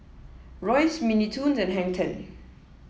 Royce Mini Toons and Hang Ten